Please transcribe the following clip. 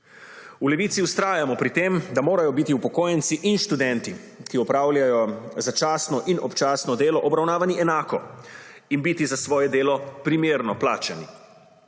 V Levici vztrajamo pri tem, da morajo biti upokojenci in študenti, ki opravljajo začasno in občasno delo, obravnavani enako in biti za svoje delo primerno plačani.